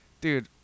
dude